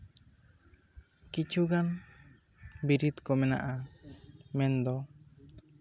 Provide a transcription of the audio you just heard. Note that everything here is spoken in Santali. ᱠᱤᱪᱷᱩ ᱜᱟᱱ ᱵᱤᱨᱤᱫ ᱠᱚ ᱢᱮᱱᱟᱜᱼᱟ ᱢᱮᱱᱫᱚ